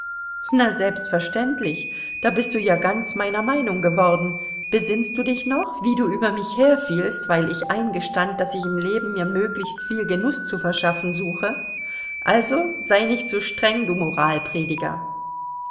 na selbstverständlich da bist du ja ganz meiner meinung geworden besinnst du dich noch wie du über mich herfielst weil ich eingestand daß ich im leben mir möglichst viel genuß zu verschaffen suche also sei nicht so streng du